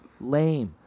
lame